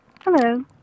Hello